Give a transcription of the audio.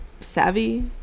savvy